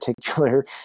particular